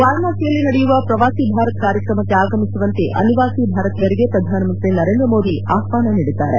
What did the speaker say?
ವಾರಣಾಸಿಯಲ್ಲಿ ನಡೆಯುವ ಪ್ರವಾಸಿ ಭಾರತ್ ಕಾರ್ಯಕ್ರಮಕ್ಕೆ ಆಗಮಿಸುವಂತೆ ಅನಿವಾಸಿ ಭಾರತೀಯರಿಗೆ ಪ್ರಧಾನಮಂತ್ರಿ ನರೇಂದ್ರಮೋದಿ ಆಹ್ಲಾನ ನೀಡಿದ್ದಾರೆ